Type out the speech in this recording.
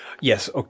yes